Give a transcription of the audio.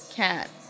cats